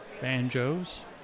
banjos